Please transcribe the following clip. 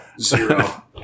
Zero